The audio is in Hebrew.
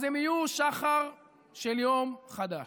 אז הם יהיו שחר של יום חדש.